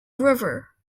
river